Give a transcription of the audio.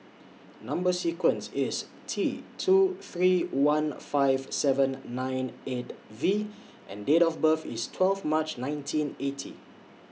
Number sequence IS T two three one five seven nine eight V and Date of birth IS twelve March nineteen eighty